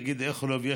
נגיד איכילוב,